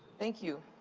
thank you,